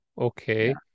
Okay